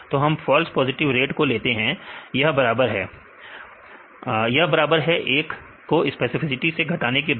तो हम false positive rate को लेते हैं यह बराबर है 1 को स्पेसिफिसिटी से घटाने के बाद